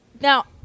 Now